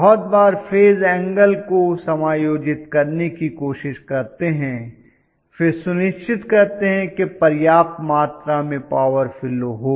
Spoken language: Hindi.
बहुत बार हम फेज एंगल को समायोजित करने की कोशिश करते हैं और फिर सुनिश्चित करते हैं कि पर्याप्त मात्रा में पॉवर फ्लो हो